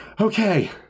Okay